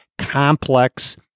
complex